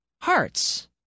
Hearts